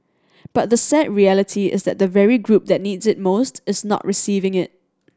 but the sad reality is that the very group that needs it most is not receiving it